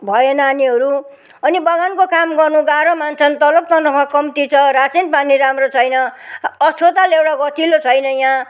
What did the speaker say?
भए नानीहरू अनि बगानको काम गर्नु गाह्रो मान्छन् तलब तनखा कम्ती छ रासिनपानी राम्रो छैन अस्पताल एउटा गतिलो छैन यहाँ